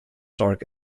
dark